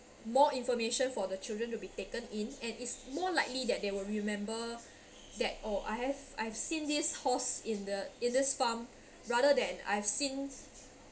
more information for the children to be taken in and it's more likely that they will remember that or I have I've seen this horse is the is this farm rather than I've seen